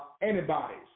antibodies